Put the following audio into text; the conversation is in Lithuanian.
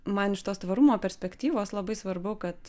man iš tos tvarumo perspektyvos labai svarbu kad